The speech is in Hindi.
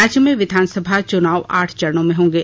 राज्य में विधानसभा चुनाव आठ चरणों में होंगे